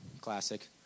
classic